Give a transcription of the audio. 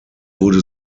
wurde